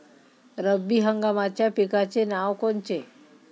रब्बी हंगामाच्या पिकाचे नावं कोनचे?